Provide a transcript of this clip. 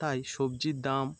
তাই সবজির দাম